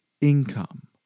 income